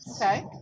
Okay